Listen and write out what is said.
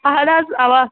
اَہَن حظ اَوا